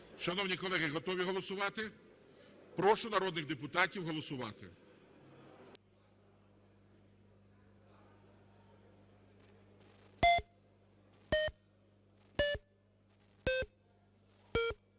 Шановні колеги, готові голосувати? Прошу народних депутатів голосувати.